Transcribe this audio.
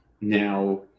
Now